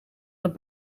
naar